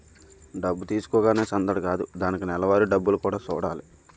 డబ్బు తీసుకోగానే సందడి కాదు దానికి నెలవారీ డబ్బులు కూడా సూడాలి